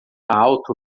alto